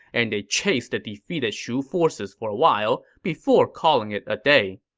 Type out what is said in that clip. and they chased the defeated shu forces for a while before calling it a day.